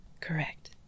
Correct